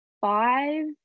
five